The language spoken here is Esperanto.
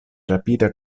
rapida